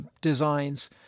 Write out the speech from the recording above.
designs